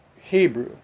Hebrew